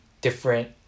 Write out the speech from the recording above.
different